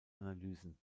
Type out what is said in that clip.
analysen